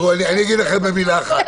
אני אגיד לך מה